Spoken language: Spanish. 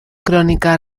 crónica